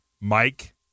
Mike